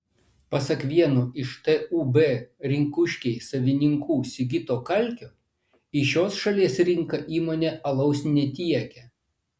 pasak vieno iš tūb rinkuškiai savininkų sigito kalkio į šios šalies rinką įmonė alaus netiekia